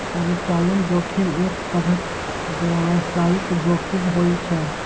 परिचालन जोखिम एक तरहक व्यावसायिक जोखिम होइ छै